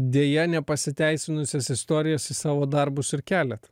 deja nepasiteisinusias istorijas į savo darbus ir keliat